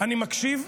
אני מקשיב,